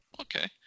Okay